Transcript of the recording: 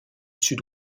sud